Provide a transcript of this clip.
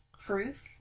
proof